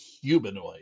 humanoid